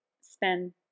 spend